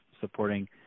supporting